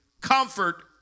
comfort